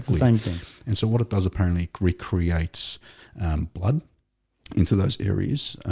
same thing and so what it does apparently recreates blood into those aries.